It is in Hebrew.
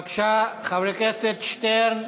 בבקשה, חבר הכנסת שטרן.